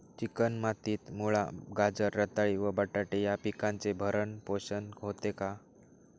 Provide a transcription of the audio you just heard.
Chicken मातीत मुळा, गाजर, रताळी व बटाटे या पिकांचे भरण पोषण होते का?